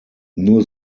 nur